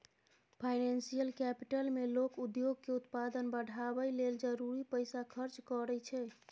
financial capital मे लोक उद्योग के उत्पादन बढ़ाबय लेल जरूरी पैसा खर्च करइ छै